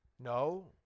No